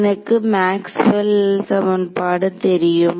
எனக்கு மாக்ஸ்வெல் சமன்பாடு தெரியும்